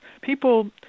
People